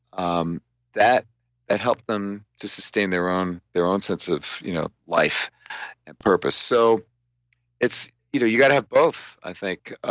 um that that helped them to sustain their own their own sense of you know life and purpose. so you know you got to have both i think.